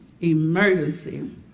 emergency